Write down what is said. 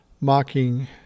mocking